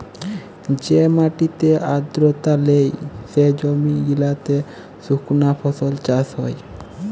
যে মাটিতে আদ্রতা লেই, সে জমি গিলাতে সুকনা ফসল চাষ হ্যয়